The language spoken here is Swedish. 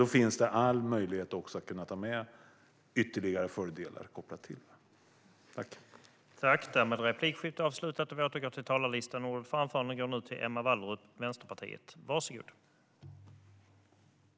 Det finns alltså alla möjligheter att ta med ytterligare fördelar kopplat till detta.